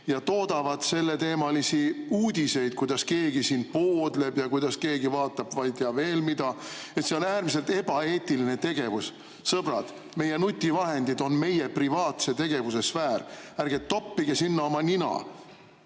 ja toodavad selleteemalisi uudiseid: kuidas keegi siin poodleb ja kuidas keegi vaatab ei tea mida. See on äärmiselt ebaeetiline tegevus. Sõbrad, meie nutivahendid on meie privaatse tegevuse sfäär, ärge toppige sinna oma nina.